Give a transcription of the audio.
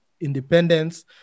independence